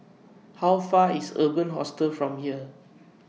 How Far IS Urban Hostel from here